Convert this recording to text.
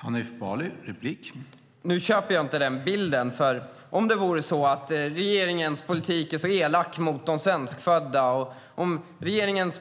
Herr talman! Jag köper inte bilden att regeringens politik är elak mot de svenskfödda och att den